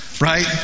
right